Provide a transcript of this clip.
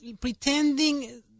pretending